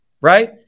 right